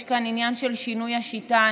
יש כאן עניין של שינוי השיטה.